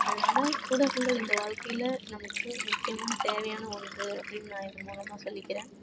அதனால் ஊடகங்கள் இந்த வாழ்க்கையில் நமக்கு முக்கியமான தேவையான ஒன்று அப்படின்னு நான் இது மூலமாக சொல்லிக்கிறேன்